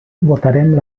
votarem